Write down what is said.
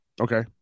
Okay